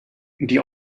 die